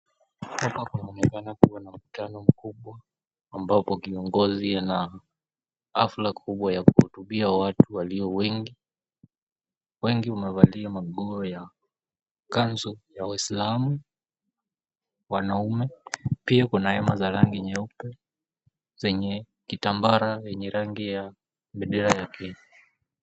Hapa kunaonekana kuwa na mkutano mkubwa ambapo kiongozi ana hafla kubwa ya kuhutubia watu walio wengi. Wengi wanavalia maguo ya kanzu ya Waislamu wanaume pia kuna hema za rangi nyeupe zenye kitambara yenye rangi ya bendera ya Kenya.